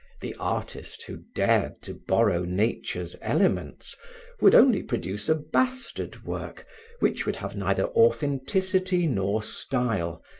the artist who dared to borrow nature's elements would only produce a bastard work which would have neither authenticity nor style,